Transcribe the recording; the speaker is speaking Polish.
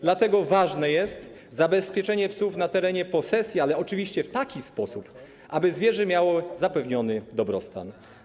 Dlatego ważne jest zabezpieczenie psów na terenie posesji, ale oczywiście w taki sposób, aby zwierzę miało zapewniony dobrostan.